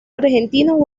argentinos